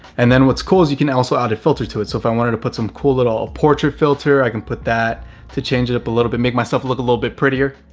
and then what's cool is you can also add a filter to it. so if i wanted to put some cool little ah portrait filter, i can put that to change it up a little bit, make myself look a little bit prettier.